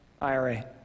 IRA